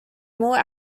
more